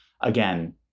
Again